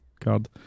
card